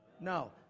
No